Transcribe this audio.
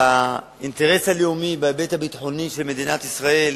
והאינטרס הלאומי בהיבט הביטחוני של מדינת ישראל,